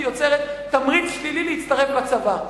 כי היא יוצרת תמריץ שלילי להצטרף לצבא.